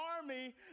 army